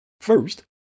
first